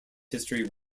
history